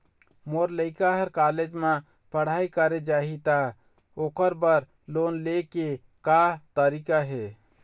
मोर लइका हर कॉलेज म पढ़ई करे जाही, त ओकर बर लोन ले के का तरीका हे?